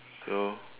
so